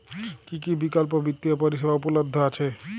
কী কী বিকল্প বিত্তীয় পরিষেবা উপলব্ধ আছে?